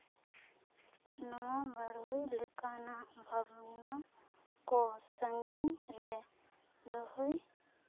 ᱱᱚᱣᱟ ᱞᱟᱹᱲᱦᱜᱟᱹᱭ ᱞᱮᱠᱟᱱᱟᱜ ᱵᱷᱟᱵᱽᱱᱟ ᱠᱚ ᱥᱟᱺᱜᱤᱧ ᱨᱮ ᱫᱚᱦᱚᱭ